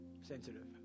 sensitive